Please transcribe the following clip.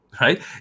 Right